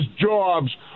jobs